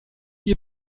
ihr